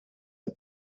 are